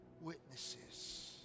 witnesses